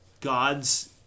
God's